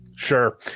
Sure